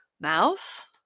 Mouse